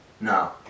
No